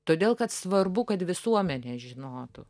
todėl kad svarbu kad visuomenė žinotų